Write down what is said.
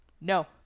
No